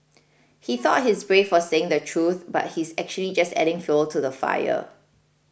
he thought he's brave for saying the truth but he's actually just adding fuel to the fire